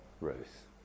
Ruth